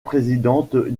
présidente